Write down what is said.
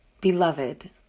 beloved